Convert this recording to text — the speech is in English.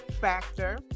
factor